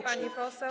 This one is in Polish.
pani poseł.